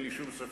אין לי שום ספק,